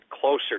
closer